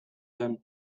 zen